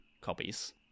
copies